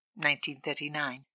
1939